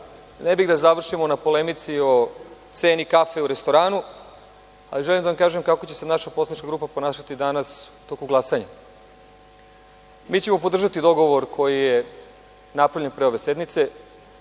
bih da završimo na polemici o ceni kafe u restoranu, ali želim da vam kažem kako će se naša poslanička grupa ponašati danas u toku glasanja. Mi ćemo podržati dogovor koji je napravljen pre ove sednice